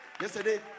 Yesterday